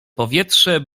powietrze